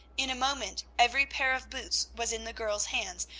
in a moment every pair of boots was in the girls' hands,